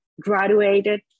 graduated